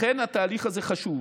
לכן, התהליך הזה חשוב,